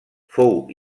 fou